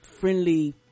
friendly